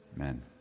Amen